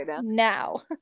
now